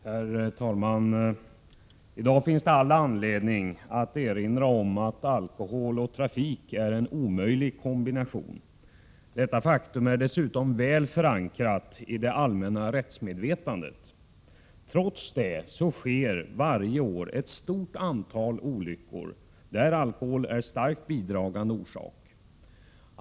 Herr talman! I dag finns det all anledning att erinra om att alkohol och trafik är en omöjlig kombination. Detta faktum är dessutom väl förankrat i det allmänna rättsmedvetandet. Trots det sker varje år ett stort antal olyckor där alkohol är starkt bidragande orsak.